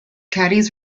caddies